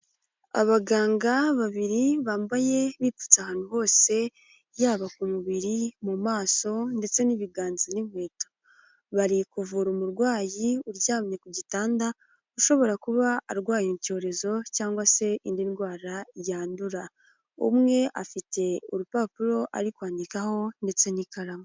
Abaganga babiri bambaye bipfutse ahantu hose, yaba ku mubiri, mu maso, ndetse n'ibiganza n'inkweto. Bari kuvura umurwayi uryamye ku gitanda, ushobora kuba arwaye icyorezo cyangwa se indi ndwara yandura. Umwe afite urupapuro ari kwandikaho ndetse n'ikaramu.